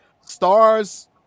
stars